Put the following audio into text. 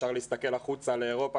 אפשר להסתכל למדינות באירופה,